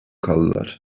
kaldılar